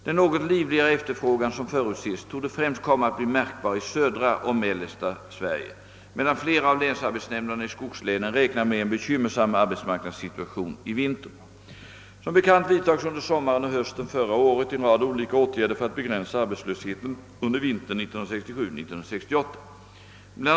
Den något livligare efterfrågan som förutses torde främst komma att bli märkbar i södra och mellersta Sverige medan flera av länsarbetsnämnderna i skogslänen räknar med en bekymmersam arbetsmarknadssituation i vinter. Som bekant vidtogs under sommaren och hösten förra året en rad olika åtgärder för att begränsa arbetslösheten under vintern 1967—1968. Bl.